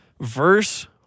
Verse